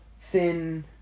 thin